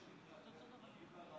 חופשה בגלל חופשת הלידה,